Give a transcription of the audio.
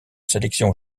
sélection